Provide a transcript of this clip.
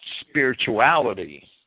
spirituality